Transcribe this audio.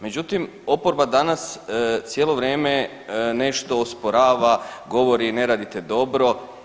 Međutim, oporba danas cijelo vrijeme nešto osporava, govori ne radite dobro.